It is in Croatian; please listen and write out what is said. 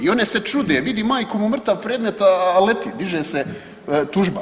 I one se čude, vidi majku mu mrtav predmet a leti, diže se tužba.